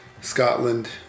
Scotland